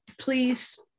please